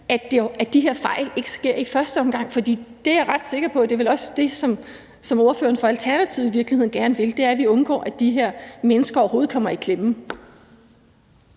at de her fejl ikke sker i første omgang. For jeg er ret sikker på, at det vel også er det, som ordføreren for Alternativet i virkeligheden gerne vil, nemlig undgå, at de her mennesker overhovedet kommer i klemme.